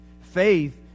Faith